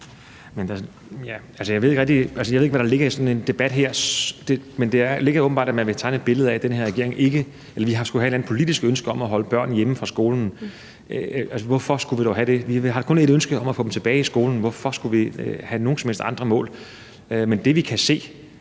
jeg ved ikke, hvad der ligger i sådan en debat her, men man vil åbenbart tegne et billede af, at den her regering skulle have et eller andet politisk ønske om at holde børn hjemme fra skolen. Hvorfor skulle vi dog have det? Vi har kun et ønske om at få dem tilbage i skolen – hvorfor skulle vi have nogen som helst andre mål? Men det, vi kan se,